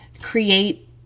create